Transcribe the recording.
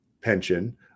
pension